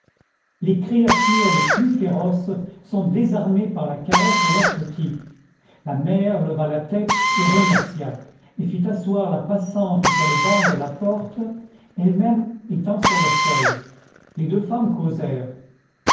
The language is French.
les créatures les plus féroces sont désarmées par la caresse à leurs petits la mère leva la tête et remercia et fit asseoir la passante sur le banc de la porte elle-même étant sur le seuil les deux femmes causèrent